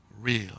real